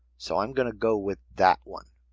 so i'm gonna go with that one.